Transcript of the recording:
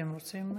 אתם רוצים שאלות?